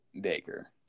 Baker